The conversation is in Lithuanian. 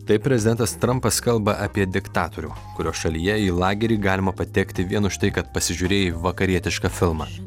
taip prezidentas trampas kalba apie diktatorių kurio šalyje į lagerį galima patekti vien už tai kad pasižiūrėjai vakarietišką filmą